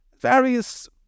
Various